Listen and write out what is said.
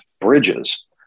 bridges